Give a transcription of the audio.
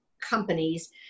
companies